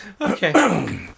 Okay